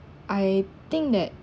I think that